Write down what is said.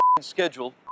schedule